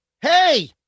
Hey